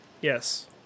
Yes